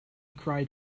cried